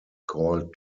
called